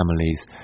families